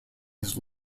his